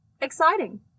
exciting